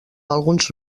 alguns